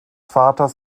vaters